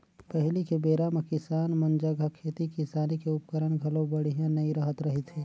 पहिली के बेरा म किसान मन जघा खेती किसानी के उपकरन घलो बड़िहा नइ रहत रहिसे